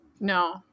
no